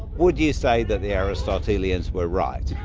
would you say that the aristotelians were right?